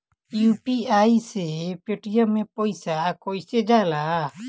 UPI से Paytm मे पैसा कइसे जाला?